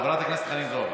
חברת הכנסת חנין זועבי.